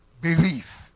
belief